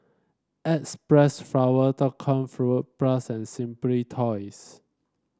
X Press flower dot com Fruit Plus and Simply Toys